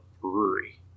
brewery